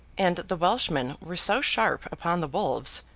and the welshmen were so sharp upon the wolves,